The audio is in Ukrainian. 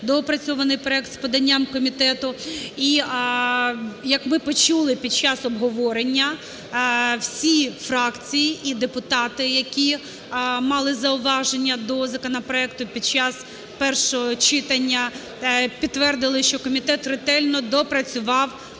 доопрацьований проект з поданням комітету. І як ми почули під час обговорення, всі фракції і депутати, які мали зауваження до законопроекту під час першого читання, підтвердили, що комітет ретельно доопрацював